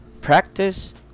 Practice